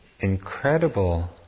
incredible